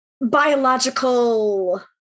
biological